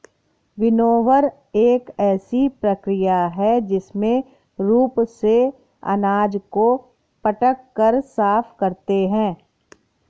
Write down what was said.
winnower एक ऐसी प्रक्रिया है जिसमें रूप से अनाज को पटक कर साफ करते हैं